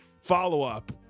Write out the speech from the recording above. follow-up